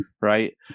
right